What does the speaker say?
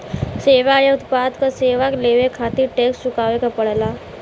सेवा या उत्पाद क सेवा लेवे खातिर टैक्स चुकावे क पड़ेला